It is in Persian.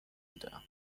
بودم